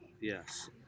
Yes